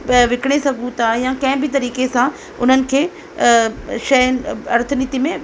विकिणे सघूं था या कंहिं बि तरीक़े सां उन्हनि खे शइ ऐं अर्थ नीति में